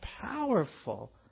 powerful